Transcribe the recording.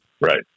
right